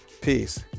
Peace